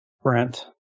Brent